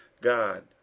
God